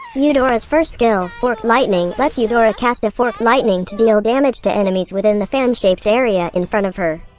eudora's first skill, forked lightning, lets eudora cast a forked lightning to deal damage to enemies within the fan-shaped area in front of her.